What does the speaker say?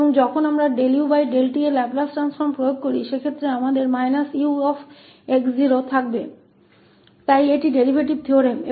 और जब हम लैपलेस ट्रांसफॉर्म को ut पर लागू करते हैं तो उस स्थिति में हमारे पास −𝑢𝑥 0 होता है इसलिए यह ut डेरीवेटिव थ्योरम है